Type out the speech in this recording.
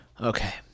Okay